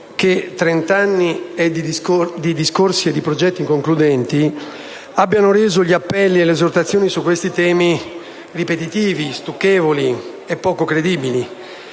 che trent'anni di discorsi e di progetti inconcludenti abbiano reso gli appelli e le esortazioni su questi temi ripetitivi, stucchevoli e poco credibili;